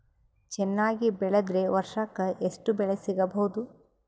ಚೆನ್ನಾಗಿ ಬೆಳೆದ್ರೆ ವರ್ಷಕ ಎಷ್ಟು ಬೆಳೆ ಸಿಗಬಹುದು?